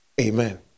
Amen